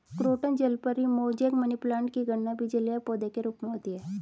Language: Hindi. क्रोटन जलपरी, मोजैक, मनीप्लांट की भी गणना जलीय पौधे के रूप में होती है